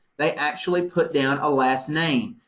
they actually put down a last name,